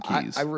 keys